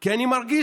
כי אני מרגיש